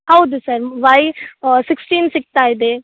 ಹೌದು sir Y sixteen ಸಿಕ್ತಾಯಿದೆ